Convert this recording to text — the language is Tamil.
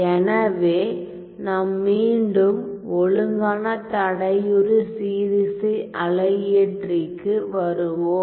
எனவே நாம் மீண்டும் ஒழுங்கான தடையுறு சீரிசை அலையியற்றிற்க்கு வருவோம்